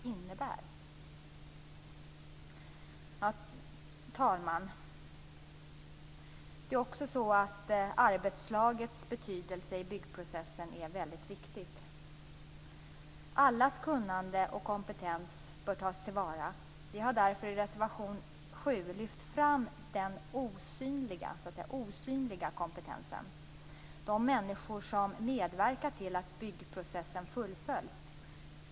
Herr talman! Arbetslagets betydelse i byggprocessen är väldigt stor. Allas kunnande och kompetens bör tas till vara. Vi har därför i reservation 7 lyft fram den s.k. osynliga kompetensen, dvs. de människor som medverkar till att byggprocessen fullföljs.